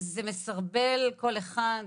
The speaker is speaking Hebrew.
זה מסרבל לכל אחד,